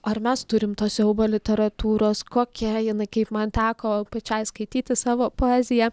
ar mes turim to siaubo literatūros kokia jinai kaip man teko pačiai skaityti savo poeziją